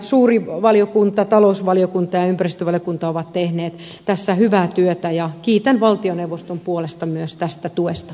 suuri valiokunta talousvaliokunta ja ympäristövaliokunta ovat tehneet tässä hyvää työtä ja kiitän valtioneuvoston puolesta myös tästä tuesta